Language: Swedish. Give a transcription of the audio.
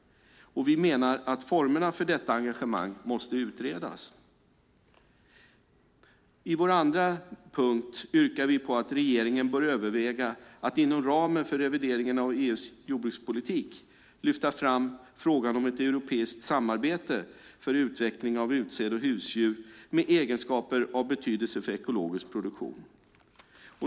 Vi menar att formerna för detta engagemang måste utredas. I vår andra punkt yrkar vi på att regeringen bör överväga att inom ramen för revideringen av EU:s jordbrukspolitik lyfta fram frågan om ett europeiskt samarbete för utveckling av utsäde och husdjur med egenskaper av betydelse för ekologisk produktion.